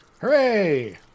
Hooray